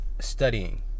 studying